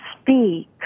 speak